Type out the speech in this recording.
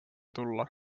tulla